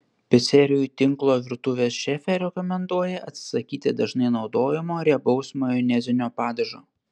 picerijų tinklo virtuvės šefė rekomenduoja atsisakyti dažnai naudojamo riebaus majonezinio padažo